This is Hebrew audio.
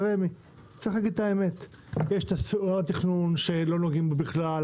רמ"י, הם אלה ששולטים בקרקע.